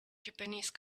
japanese